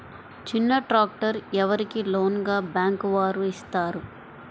చిన్న ట్రాక్టర్ ఎవరికి లోన్గా బ్యాంక్ వారు ఇస్తారు?